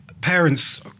parents